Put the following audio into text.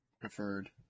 preferred